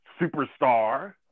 superstar